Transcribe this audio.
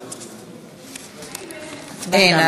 אין.